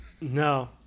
No